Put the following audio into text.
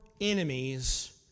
enemies